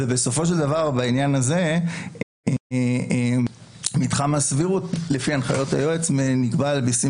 בסופו של דבר בעניין הזה מתחם הסבירות לפי הנחיות היועץ נקבע בשים